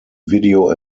video